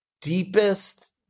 deepest